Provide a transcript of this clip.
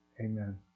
Amen